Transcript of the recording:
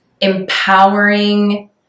empowering